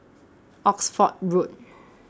Oxford Road